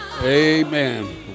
Amen